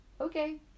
Okay